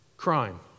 crime